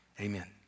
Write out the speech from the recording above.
Amen